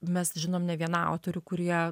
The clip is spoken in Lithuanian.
mes žinom ne vieną autorių kurie